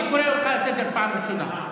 אני קורא אותך לסדר בפעם הראשונה.